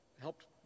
helped